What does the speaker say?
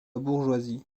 bourgeoisie